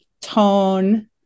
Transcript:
tone